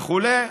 וכו',